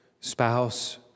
spouse